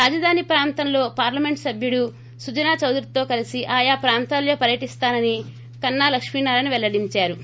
రాజధాని ప్రాంతంలో పార్లమెంట్ సభ్యుడు సుజనా చౌదరితో కలిసి ఆయా ప్రాంతాల్లో పర్యటిస్తానని కన్నా లక్షీనారాయణ పెల్లడించారు